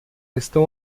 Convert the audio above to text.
estão